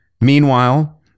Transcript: Meanwhile